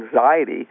anxiety